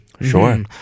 Sure